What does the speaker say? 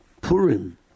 Purim